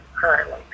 currently